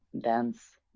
dance